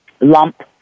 lump